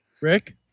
Rick